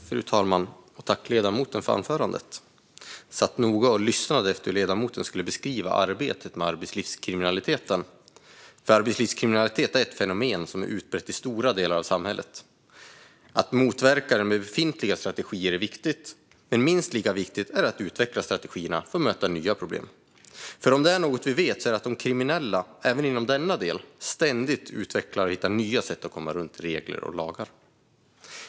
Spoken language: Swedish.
Fru talman! Tack, ledamoten, för anförandet! Jag satt och lyssnade noga efter hur ledamoten skulle beskriva arbetet med arbetslivskriminaliteten. Arbetslivskriminaliteten är ett fenomen som är utbrett i stora delar av samhället. Att motverka den med befintliga strategier är viktigt, men minst lika viktigt är det att utveckla strategierna för att möta nya problem. Är det något vi vet är det ju att de kriminella, även inom denna del, ständigt utvecklar och hittar nya sätt att komma runt regler och lagar.